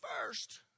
first